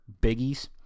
biggies